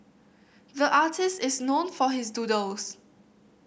the artist is known for his doodles